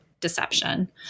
deception